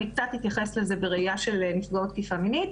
אני קצת אתייחס לזה בראייה של נפגעות תקיפה מינית.